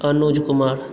Anuj Kumar